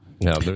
No